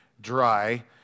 dry